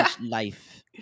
life